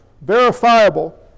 verifiable